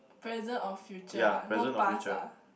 present or future ah no past ah